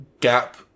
gap